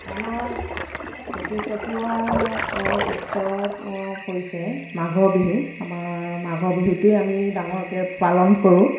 আমাৰ খেতি চপোৱা আ উৎসৱ আ হৈছে মাঘৰ বিহু আমাৰ মাঘৰ বিহুটোৱেই আমি ডাঙৰকৈ পালন কৰোঁ